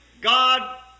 God